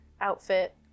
outfit